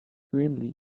extremely